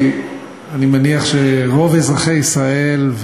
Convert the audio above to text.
כי אני מניח שרוב אזרחי ישראל,